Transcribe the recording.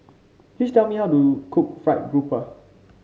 please tell me how to cook fried grouper